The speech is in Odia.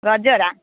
ଗଜରା